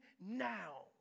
now